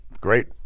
great